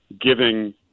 giving